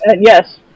Yes